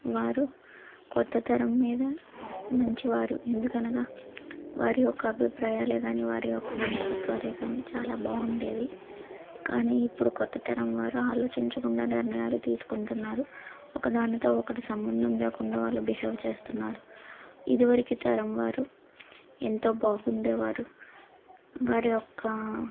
వారు కొత్త తరం మీద మంచివారు ఎందుకనగా వారి యొక్క అభిప్రాయాలు కానీ వారి యొక్క మనస్తత్వాలు కానీ చాలా బాగుండేవి కానీ ఇప్పుడు కొత్తతరం వారు ఆలోచించకుండా నిర్ణయాలు తీసుకుంటున్నారు ఒకదానితో ఒకటి సంబంధం లేకుండా వాళ్ళు బిహేవ్ చేస్తున్నారు ఇదివరకి తరం వారు ఎంతో బాగుండేవారు వారి యొక్క